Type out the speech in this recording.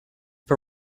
for